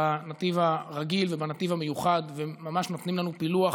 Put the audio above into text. בנתיב הרגיל ובנתיב המיוחד, ונותנים לנו פילוח